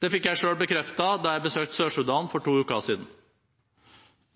Det fikk jeg selv bekreftet da jeg besøkte Sør-Sudan for to uker siden.